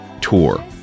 tour